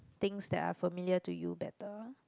things that are familiar to you better